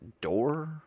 door